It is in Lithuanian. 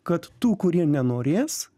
kad tų kurie nenorės